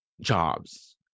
jobs